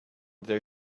their